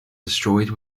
destroyed